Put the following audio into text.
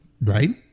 Right